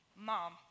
Mom